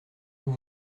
vous